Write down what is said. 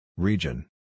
Region